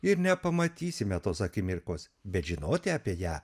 ir nepamatysime tos akimirkos bet žinoti apie ją